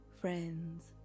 friends